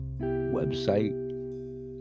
website